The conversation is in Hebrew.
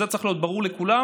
זה צריך להיות ברור לכולם.